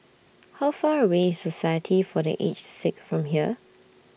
How Far away IS Society For The Aged Sick from here